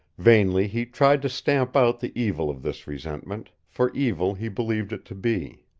vainly he tried to stamp out the evil of this resentment, for evil he believed it to be.